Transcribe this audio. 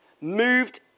moved